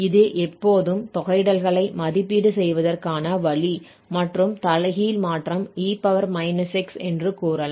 இது எப்போதும் தொகையிடல்களை மதிப்பீடு செய்வதற்கான வழி மற்றும் தலைகீழ் மாற்றம் e−x என்று கூறலாம்